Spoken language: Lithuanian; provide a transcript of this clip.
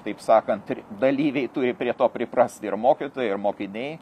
taip sakant ir dalyviai turi prie to priprasti ir mokytojai ir mokiniai